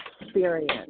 experience